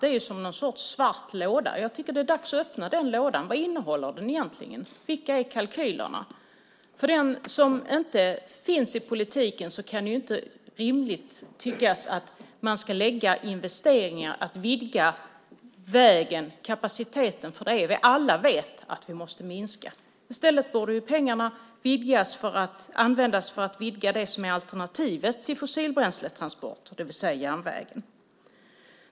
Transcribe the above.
Det är som en sorts svart låda. Jag tycker att det är dags att öppna den lådan. Vad innehåller den egentligen? Vilka är kalkylerna? För den som inte finns i politiken kan det inte synas rimligt med investeringar i vidgad vägkapacitet. Alla vet vi ju att vi måste minska där. I stället borde pengarna användas till att vidga det som är alternativet till fossilbränsletransporter, det vill säga järnvägen.